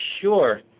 sure